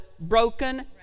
broken